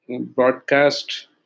broadcast